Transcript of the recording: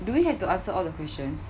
do we have to answer all the questions